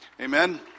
Amen